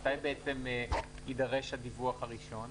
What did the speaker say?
מתי בעצם יידרש הדיווח הראשון?